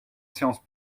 séance